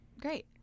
great